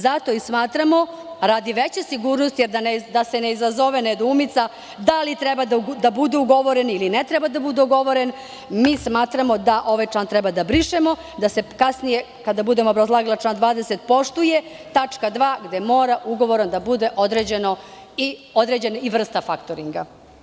Zato i smatramo, radi veće sigurnosti, da se ne izazove nedoumica da li treba da budu ugovoreni ili ne treba da bude ugovoren, da ovaj član treba da brišemo, da se kasnije, kada budemo obrazlagali član 20, poštuje tačka 2. gde mora ugovorom da bude određena i vrsta faktoringa.